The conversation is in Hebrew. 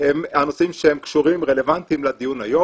הם הנושאים שהם קשורים ורלוונטיים לדיון היום,